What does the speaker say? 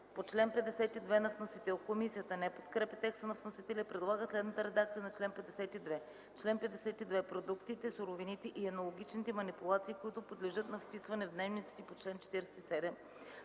по чл. 47.” Комисията не подкрепя текста на вносителя и предлага следната редакция на чл. 52: „Чл. 52. Продуктите, суровините и енологичните манипулации, които подлежат на вписване в дневниците по чл. 47,